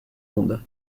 monde